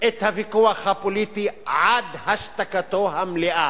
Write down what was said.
את הוויכוח הפוליטי עד השתקתו המלאה.